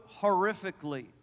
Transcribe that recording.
horrifically